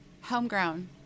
homegrown